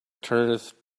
turneth